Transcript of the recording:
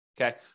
okay